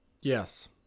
Yes